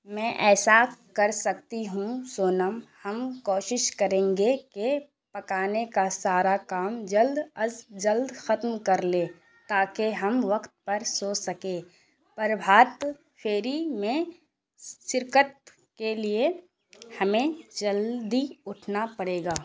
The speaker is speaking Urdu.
میں ایسا کر سکتی ہوں سونم ہم کوشش کریں گے کہ پکانے کا سارا کام جلد از جلد ختم کر لیں تاکہ ہم وقت پر سو سکیں پربھات فیری میں شرکت کے لیے ہمیں جلدی اٹھنا پڑے گا